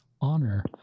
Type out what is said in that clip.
honor